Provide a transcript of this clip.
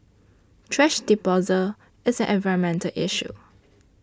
thrash disposal is an environmental issue